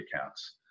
accounts